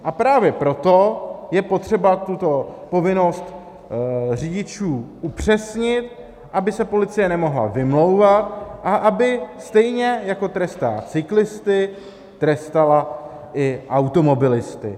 A právě proto je potřeba tuto povinnost řidičů upřesnit, aby se policie nemohla vymlouvat a aby stejně, jako trestá cyklisty, trestala i automobilisty.